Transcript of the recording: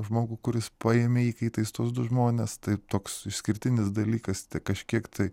žmogų kuris paėmė įkaitais tuos du žmones tai toks išskirtinis dalykas kažkiek tai